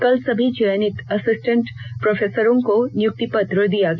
कल सभी चयनित असिस्टेंट प्रोफेसरों को नियुक्ति पत्र दिया गया